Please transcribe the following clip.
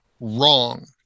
wrong